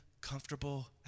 comfortable